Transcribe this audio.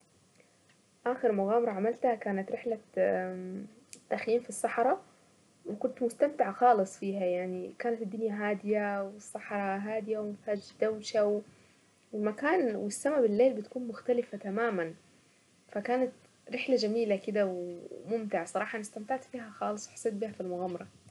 اخر مغامرة عملتها كانت رحلة تخييم في الصحراء وكنت مستمتعة خالص فيها يعني كانت الدنيا هادية والصحرة هادية ومفهاش دوشة ومكان والسماء بالليل بتكون مختلفة تماما فكانت رحلة جميلة كدا وممتعة صراحة انا استمتعت فيها خالص وحسيت فيها بالمغامرة.